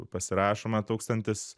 pasirašoma tūkstantis